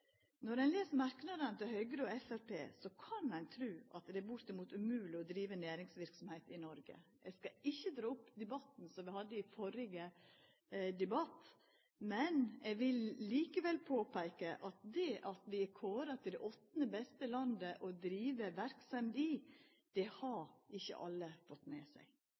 Når ein les merknadene til Høgre og Framstegspartiet, kan ein tru at det er bortimot umogleg å driva næringsverksemd i Noreg. Eg skal ikkje dra opp debatten som vi hadde i førre debatt, men eg vil likevel påpeika at det at vi er kåra til det åttande beste landet å drive verksemd i, har ikkje alle fått med seg.